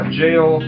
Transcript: jail